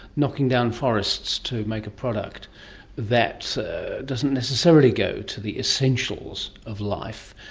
knocking down forests to make a product that doesn't necessarily go to the essentials of life.